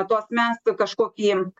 to asmens kažkokį